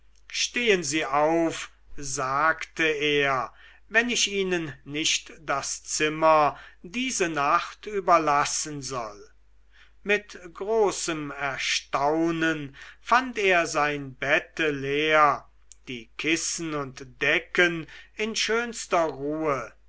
stehen sie auf sagte er wenn ich ihnen nicht das zimmer diese nacht überlassen soll mit großem erstaunen fand er sein bette leer die kissen und decken in schönster ruhe